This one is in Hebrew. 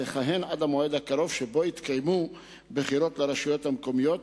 תכהן עד המועד הקרוב שבו יתקיימו בחירות לרשויות המקומיות,